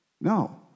No